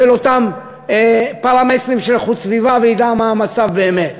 של אותם פרמטרים של איכות סביבה וידע מה המצב באמת.